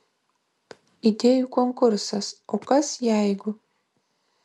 idėjų konkursas o kas jeigu